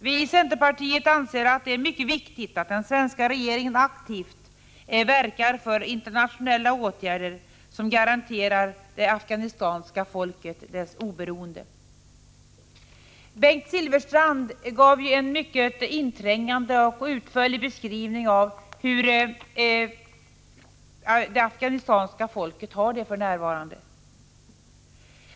Vi i centerpartiet anser att det är mycket viktigt att den svenska regeringen aktivt verkar för internationella åtgärder som garanterar det afghanska folket dess oberoende. Bengt Silfverstrand gav en mycket inträngande och utförlig beskrivning av hur det afghanska folket har det för närvarande.